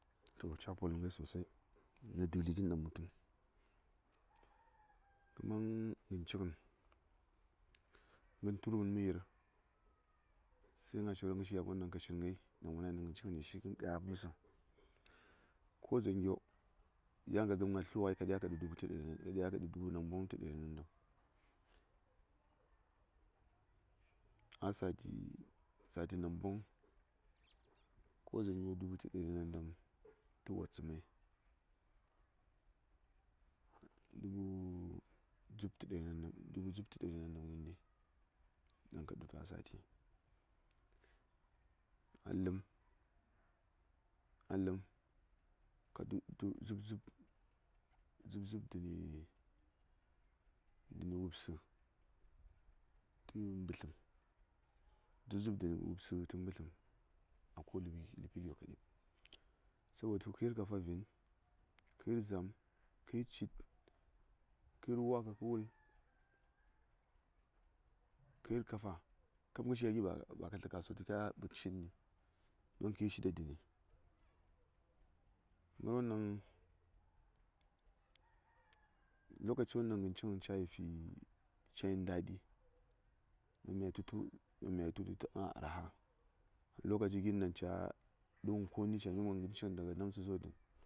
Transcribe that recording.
To ca polɚm ngai sosai nɚ dɚli gin daŋ mɚ tu kə mən ngən ci ngən mən tur ngən mə yir se ngər shi gya gon ɗaŋ ka ngal ka shin ngai ɗaŋ wo na nə ngən ci ngəne shi wa to ngə gə misəŋ ko dzaŋ gyo yan ka gəm nga tlu ngai ka ɗya ka ɗu dubu namboŋ ngəi tə ɗari namdaam a sati namboŋ ko dzaŋ gyo dubu nambon tə ɗari nandam tə wattsə mai dubu dzub tə ɗari namdam ngəndi ɗaŋ ka ɗu tu a sati a ləpm ka ɗu dubu dzub dubu dzubdəni wubsə tə mbətləm a ko ləpi gyo sabotu kə yir kafa vin kə yir zam kə yir cit kə yir wa ka kə wul kə yir kafa kab ngəshi ba ka tlə kasuwa kə sə ɓəd ngə shi gya gi ɗiŋ yan kə yir shi ɗa dəni won lokaci won ɗaŋ ngən ci ngən ca yi nda ɗi ɗaŋ mya yi tu tə arha lokaci gi ɗaŋ ca ɗu ngən koni lokaci gi ɗaŋ ca nyom ngən mgən daga namtsə zuw dən.